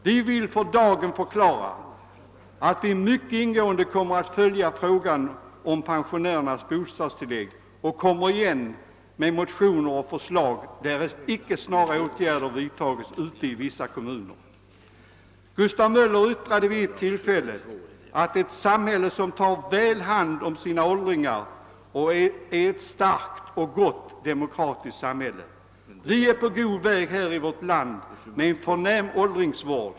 Vi vill för dagen förklara att vi mycket ingående kommer att följa frågan om pensionärernas bostadstillägg och komma igen med motioner och förslag därest icke snara åtgärder vidtas ute i vissa kommuner. Gustav Möller yttrade vid ett tillfälle att ett samhälle som tar väl hand om sina åldringar är ett starkt och gott demokratiskt samhälle. Vi är på god väg här i vårt land att skapa en förnämlig åldringsvård.